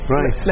Right